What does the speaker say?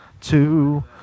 Two